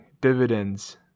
dividends